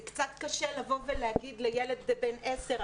זה קצת קשה לבוא ולהגיד לילד בן עשר,